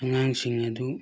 ꯑꯉꯥꯡꯁꯤꯡ ꯑꯗꯨ